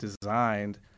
designed